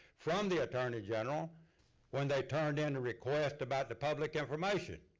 from the attorney general when they turned in a request about the public information.